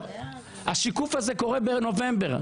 השיקוף הזה קורה בנובמבר,